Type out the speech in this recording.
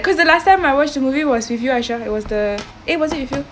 cause the last time I watched a movie was with you aishah it was the eh was it with you